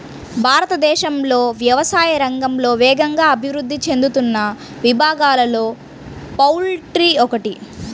భారతదేశంలో వ్యవసాయ రంగంలో వేగంగా అభివృద్ధి చెందుతున్న విభాగాలలో పౌల్ట్రీ ఒకటి